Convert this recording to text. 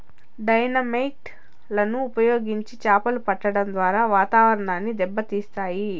dynamite లను ఉపయోగించి చాపలు పట్టడం ద్వారా వాతావరణాన్ని దెబ్బ తీస్తాయి